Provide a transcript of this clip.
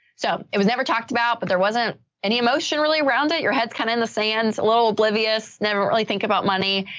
so it was never talked about, but there wasn't any emotion really around it. your head's kind of in the sands a little oblivious, never really think about money.